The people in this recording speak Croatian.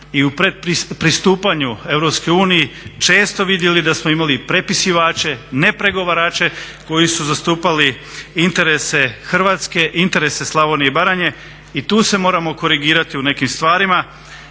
i u pristupanju Europskoj uniji često vidjeli da smo imali prepisivače, ne pregovarače koji su zastupali interese Hrvatske, interese Slavonije i Baranje i tu se moramo korigirati u nekim stvarima,